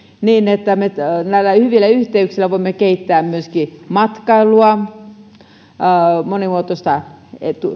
niin että me näillä hyvillä yhteyksillä voimme kehittää myöskin matkailua ja monimuotoista